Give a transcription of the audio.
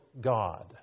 God